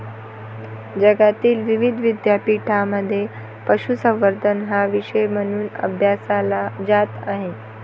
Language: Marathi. जगातील विविध विद्यापीठांमध्ये पशुसंवर्धन हा विषय म्हणून अभ्यासला जात आहे